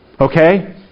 Okay